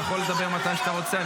אתה יכול לדבר מתי שאתה רוצה,